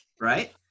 right